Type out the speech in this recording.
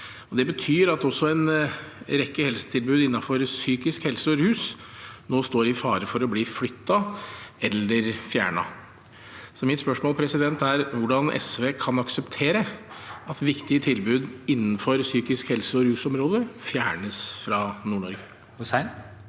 Det betyr at også en rekke helsetilbud innenfor psykisk helse og rus nå står i fare for å bli flyttet eller fjernet. Mitt spørsmål er hvordan SV kan akseptere at viktige tilbud innenfor psykisk helse- og rusområdet fjernes fra Nord-Norge. Marian